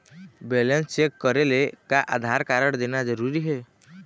Balance check करेले का Aadhaar card देना जरूरी हे?